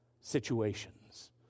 situations